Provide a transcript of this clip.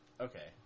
Okay